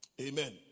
Amen